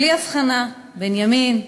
בלי הבחנה בין ימין לשמאל,